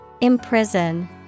Imprison